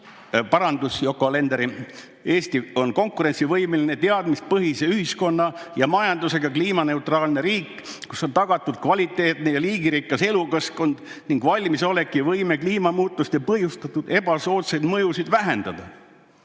parandus: "Aastaks 2050 on Eesti konkurentsivõimeline, teadmistepõhise ühiskonna ja majandusega kliimaneutraalne riik, kus on tagatud kvaliteetne ja liigirikas elukeskkond ning valmisolek ja võime kliimamuutuste põhjustatud ebasoodsaid mõjusid vähendada